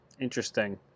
Interesting